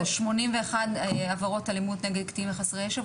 ב-2020 יש 81 עבירות אלימות נגד קטינים וחסרי ישע,